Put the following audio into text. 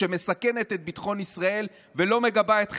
שמסכנת את ביטחון ישראל ולא מגבה את חיילינו,